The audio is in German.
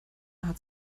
hat